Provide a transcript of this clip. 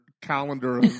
calendar